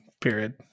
period